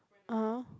(uh huh)